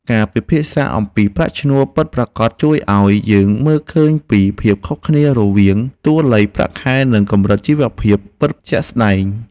ការពិភាក្សាអំពីប្រាក់ឈ្នួលពិតប្រាកដជួយឱ្យយើងមើលឃើញពីភាពខុសគ្នារវាងតួលេខប្រាក់ខែ និងកម្រិតជីវភាពពិតជាក់ស្តែង។